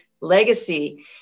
Legacy